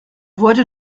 wurde